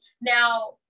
Now